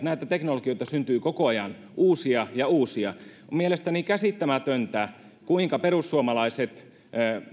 näitä teknologioita syntyy koko ajan uusia ja uusia on mielestäni käsittämätöntä kuinka perussuomalaiset